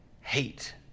hate